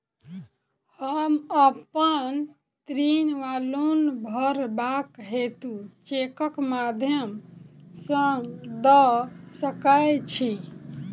हम अप्पन ऋण वा लोन भरबाक हेतु चेकक माध्यम सँ दऽ सकै छी?